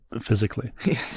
physically